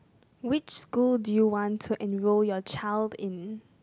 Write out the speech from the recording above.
which school do you want to enroll your child in